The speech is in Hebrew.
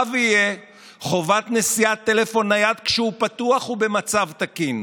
שאחריו יהיה חובת נשיאת טלפון נייד כשהוא פתוח ובמצב תקין.